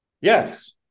Yes